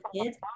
kids